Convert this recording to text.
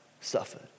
suffered